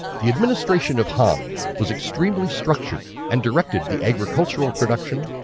the administration of han was extremely structured and directed the agricultural production,